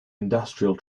industrial